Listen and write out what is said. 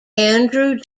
andrew